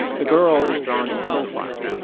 the girl is drawn in profile.